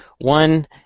One